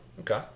Okay